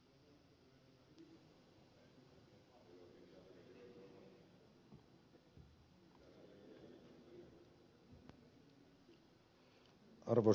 arvoisa puhemies